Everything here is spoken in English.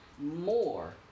more